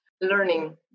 learning